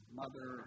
mother